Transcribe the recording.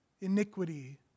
iniquity